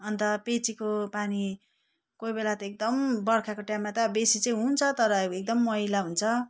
अन्त पिएचईको पानी कोही बेला त एकदम बर्खाको टाइममा त बेसी चैँ हुन्छ तर अब एकदम मैला हुन्छ